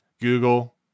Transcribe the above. Google